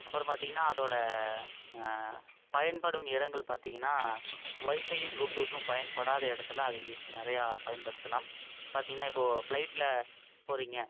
அப்புறம் பார்த்திங்கன்னா அதோடு பயன்படும் இடங்கள் பார்த்திங்கன்னா வைஃபையும் ப்ளூடூத்தும் பயன்படாத இடத்துல அதை யூஸ் நிறையா பயன்படுத்தலாம் பார்த்திங்கன்னா இப்போது ஃபிளைட்டில் போகிறீங்க